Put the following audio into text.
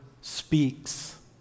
speaks